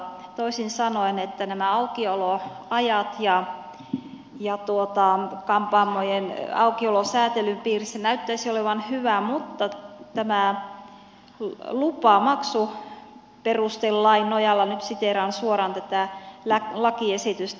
toisin sanoen nämä aukioloajat ja kampaamojen aukiolo säätelyn piirissä näyttäisivät olevan hyviä asioita mutta ei tämä lupamaksu maksuperustelain nojalla nyt siteeraan suoraan tätä lakiesitystä